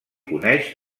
coneix